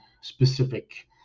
specific